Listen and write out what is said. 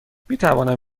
میتوانم